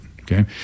Okay